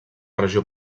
regió